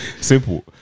Simple